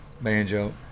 banjo